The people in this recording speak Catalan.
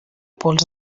pols